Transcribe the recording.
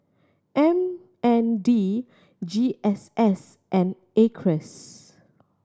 M N D G S S and Acres